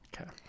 Okay